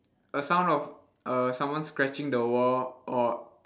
a sound of someone err scratching the wall or